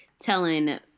telling